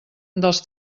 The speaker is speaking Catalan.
dels